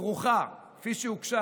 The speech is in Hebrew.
כפי שהוגשה